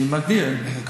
אני מגדיר.